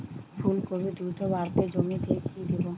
ফুলকপি দ্রুত বাড়াতে জমিতে কি দেবো?